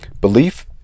Belief